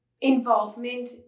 involvement